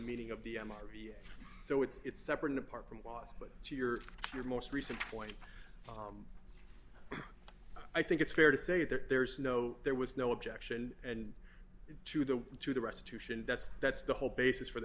meaning of the m r u so it's separate and apart from was but to your your most recent point i think it's fair to say that there's no there was no objection and to the to the restitution that's that's the whole basis for the